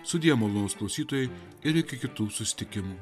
sudie malonūs klausytojai ir iki kitų susitikimų